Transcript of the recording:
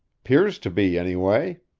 pears to be, anyway.